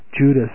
Judas